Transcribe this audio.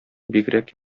бигрәк